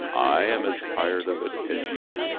i am as tired of it as you.